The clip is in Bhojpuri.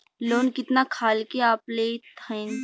लोन कितना खाल के आप लेत हईन?